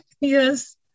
Yes